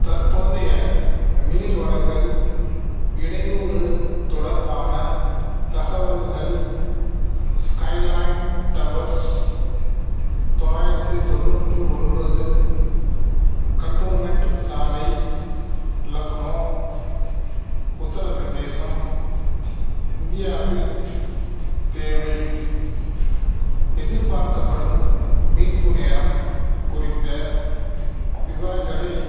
தற்போதைய நீர் வழங்கல் இடையூறு தொடர்பான தகவல்கள் ஸ்கைலைன் டவர்ஸ் தொள்ளாயிரத்தி தொண்ணூற்றி ஒன்பது கன்டோன்மென்ட் சாலை லக்னோ உத்தரப்பிரதேசம் இந்தியாவில் தேவை எதிர்பார்க்கப்படும் மீட்பு நேரம் குறித்த விவரங்களை